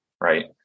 right